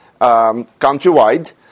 countrywide